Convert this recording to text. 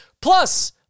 plus